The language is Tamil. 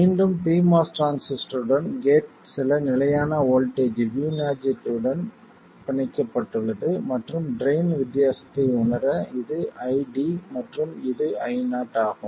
மீண்டும் pMOS டிரான்சிஸ்டருடன் கேட் சில நிலையான வோல்ட்டேஜ் VG0 உடன் பிணைக்கப்பட்டுள்ளது மற்றும் ட்ரைன் வித்தியாசத்தை உணர இது ID மற்றும் இது Io ஆகும்